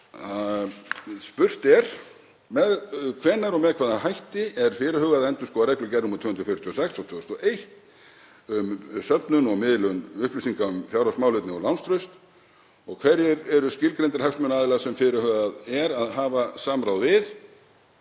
m.a. spurt: „Hvenær og með hvaða hætti er fyrirhugað að endurskoða reglugerð nr. 246/2001, um söfnun og miðlun upplýsinga um fjárhagsmálefni og lánstraust, og hverjir eru skilgreindir hagsmunaaðilar sem fyrirhugað er að hafa samráð við